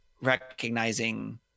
recognizing